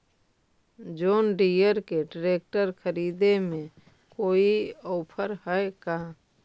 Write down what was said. जोन Deere के ट्रेकटर खरिदे में कोई औफर है का?